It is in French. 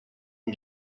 les